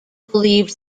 believed